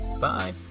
Bye